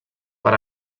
per